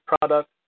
product